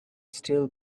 still